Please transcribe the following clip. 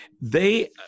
they-